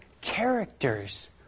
characters